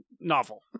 novel